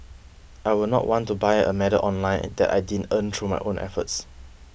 I will not want to buy a medal online that I didn't earn through my own efforts